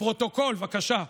לפרוטוקול, בבקשה.